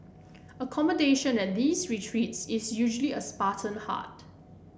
accommodation at these retreats is usually a Spartan hut